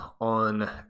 on